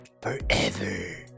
forever